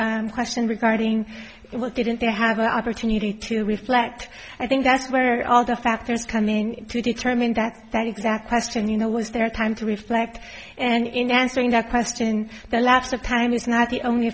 your question regarding what didn't they have the opportunity to reflect i think that's where all the factors come in to determine that that exact question you know was there time to reflect and in answering that question the lapse of time is not the only